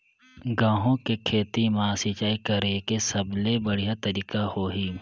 गंहू के खेती मां सिंचाई करेके सबले बढ़िया तरीका होही?